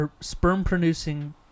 sperm-producing